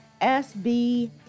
SB